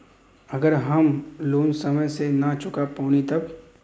अगर हम लोन समय से ना चुका पैनी तब?